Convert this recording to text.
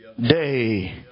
Day